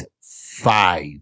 five